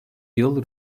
yıl